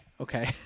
okay